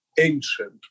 Ancient